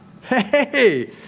hey